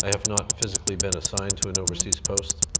have not physically been assigned to an overseas post.